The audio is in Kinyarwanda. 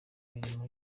mirimo